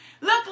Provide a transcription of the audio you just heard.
look